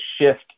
shift